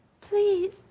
Please